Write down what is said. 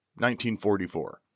1944